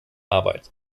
arbeit